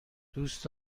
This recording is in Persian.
دوست